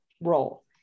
role